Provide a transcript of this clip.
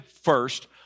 first